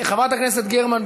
חברת הכנסת גרמן,